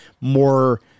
more